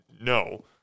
no